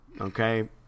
Okay